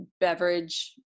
beverage